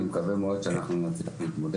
אני מקווה מאוד שאנחנו נצליח להתמודד איתה.